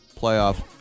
playoff